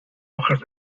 hojas